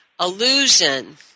Illusion